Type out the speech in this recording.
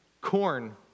corn